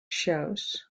shows